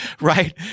Right